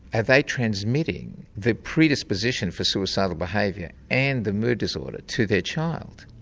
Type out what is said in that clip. have they transmitted the predisposition for suicidal behaviour and the mood disorder to their child?